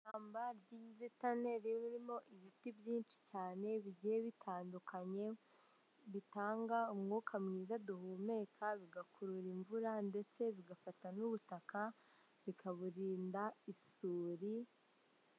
Ishyamba ry'inzitane ririmo ibiti byinshi cyane bigiye bitandukanye, bitanga umwuka mwiza duhumeka bigakurura imvura ndetse bigafata n'ubutaka bikaburinda isuri.